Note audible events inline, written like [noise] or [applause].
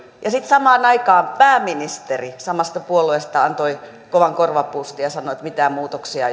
ja sitten samaan aikaan pääministeri samasta puolueesta antoi kovan korvapuustin ja sanoi että mitään muutoksia [unintelligible]